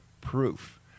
proof